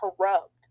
corrupt